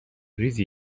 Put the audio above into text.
ریزی